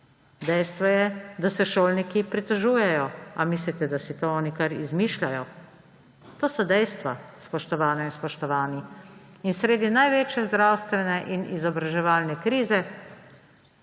dejstvo je, da se šolniki pritožujejo. Ali mislite, da si to oni kar izmišljajo? To so dejstva, spoštovane in spoštovani! In sredi največje zdravstvene in izobraževalne krize